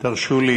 תרשו לי